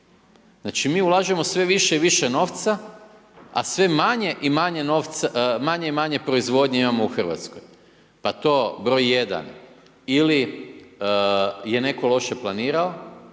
Znači mi ulažemo sve više i više novca a sve manje i manje novca, manje i manje proizvodnje imamo u Hrvatskoj. Pa to, br. 1. ili je netko loše planirao